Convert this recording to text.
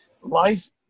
life